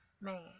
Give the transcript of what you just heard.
man